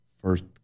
first